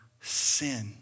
sin